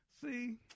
See